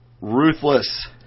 ruthless